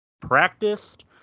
practiced